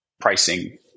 pricing